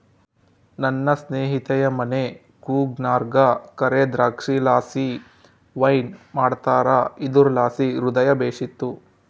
ನನ್ನ ಸ್ನೇಹಿತೆಯ ಮನೆ ಕೂರ್ಗ್ನಾಗ ಕರೇ ದ್ರಾಕ್ಷಿಲಾಸಿ ವೈನ್ ಮಾಡ್ತಾರ ಇದುರ್ಲಾಸಿ ಹೃದಯ ಬೇಶಿತ್ತು